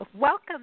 Welcome